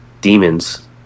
demons